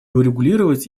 урегулировать